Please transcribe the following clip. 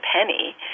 penny